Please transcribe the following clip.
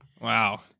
Wow